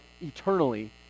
eternally